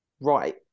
right